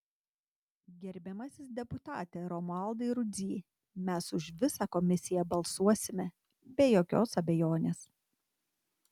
gerbiamasis deputate romualdai rudzy mes už visą komisiją balsuosime be jokios abejonės